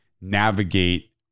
navigate